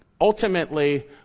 ultimately